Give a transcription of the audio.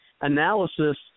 analysis